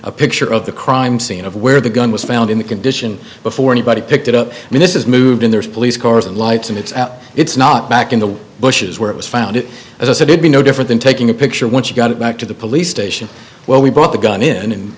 a picture of the crime scene of where the gun was found in the condition before anybody picked it up and this is moved in there's police cars and lights and it's out it's not back in the bushes where it was found it as i said it be no different than taking a picture once you got it back to the police station where we brought the gun in and